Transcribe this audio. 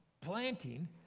planting